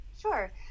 Sure